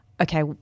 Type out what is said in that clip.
Okay